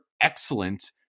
excellent